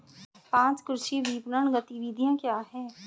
पाँच कृषि विपणन गतिविधियाँ क्या हैं?